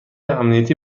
امنیتی